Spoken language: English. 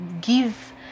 give